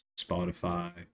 spotify